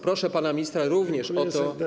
Proszę pana ministra, również o to, aby.